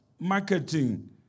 marketing